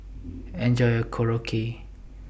Enjoy your Korokke